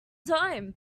time